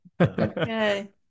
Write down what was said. Okay